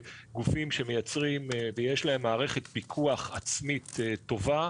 גופים שמייצרים ויש להם מערכת פיקוח עצמית טובה,